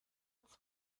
its